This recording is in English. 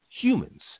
humans